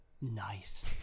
Nice